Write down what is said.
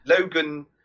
Logan